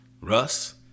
Russ